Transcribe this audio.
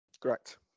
Correct